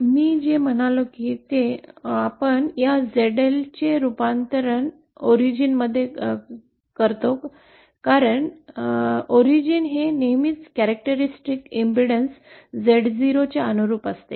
मी जे म्हणाले तेच आपण या ZL मूळ रूपात बदलत आहोत कारण मूळ नेहमीच वैशिष्ट्यपूर्ण अडचण Z0 च्या अनुरुप असते